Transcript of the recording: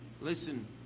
Listen